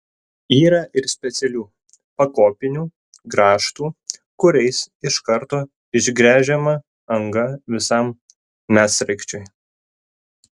yra ir specialių pakopinių grąžtų kuriais iš karto išgręžiama anga visam medsraigčiui